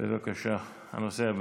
הנושא הבא,